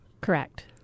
Correct